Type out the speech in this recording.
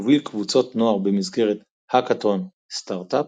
מוביל קבוצות נוער במסגרת האקתון - סטארט אפ,